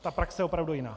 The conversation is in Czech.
Ta praxe je opravdu jiná.